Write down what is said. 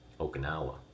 Okinawa